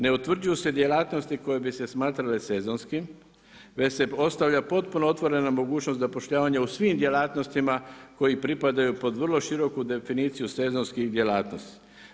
Ne utvrđuje se djelatnosti koje bi se smatrale sezonski, već se postavlja potpuno otvorena mogućnost zapošljavanja u svim djelatnostima koji pripadaju pod vrlo široku definiciju sezonski djelatnosti.